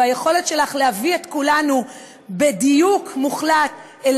היכולת שלך להביא את כולנו בדיוק מוחלט אל